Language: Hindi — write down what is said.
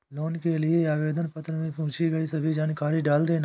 लोन के लिए आवेदन पत्र में पूछी गई सभी जानकारी डाल देना